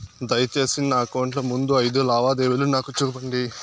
దయసేసి నా అకౌంట్ లో ముందు అయిదు లావాదేవీలు నాకు చూపండి